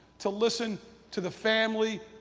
to listen to the families,